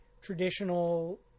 traditional